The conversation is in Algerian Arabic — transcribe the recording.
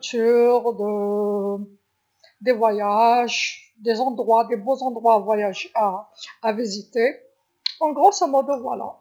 سفر، بلايص، بلايص شابين للسفر للمروح، في الإجمال هاذي هي.